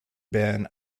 been